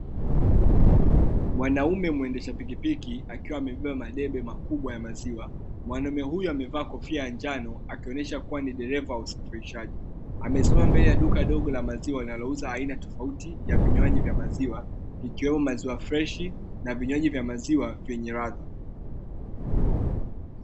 Mwanaume mwendesha pikipiki akiwa amebeba madebe makubwa ya maziwa ,mwanaume huyu amevaa kofia ya njano akionyesha kuwa ni dereva usafirishaji, amesimama mbele ya duka dogo la maziwa linalouza aina tofauti ya vinywaji vya maziwa ikiwemo maziwa freshi na vinywaji vya maziwa vyenye ladha.